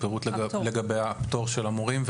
הפירוט לגבי הפטור של המורים,